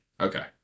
Okay